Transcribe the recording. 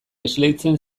esleitzen